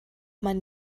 man